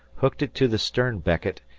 hooked it to the stern-becket,